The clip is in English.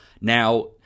Now